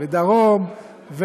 לצפות ורוצים לשלוט במחשבות שלנו,